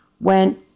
went